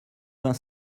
vingt